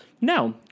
no